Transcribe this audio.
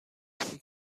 معرفی